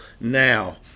now